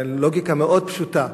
לוגיקה מאוד פשוטה,